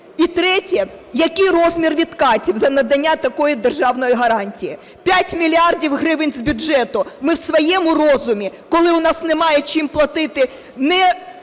І третє. Який розмір відкатів за надання такої державної гарантії? 5 мільярдів гривень з бюджету. Ми в своєму розумі? Коли у нас немає чим платити ні